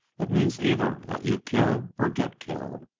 it means either that you kill or get killed.